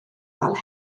fel